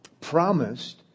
promised